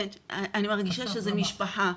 אני מרגישה שזה משפחה,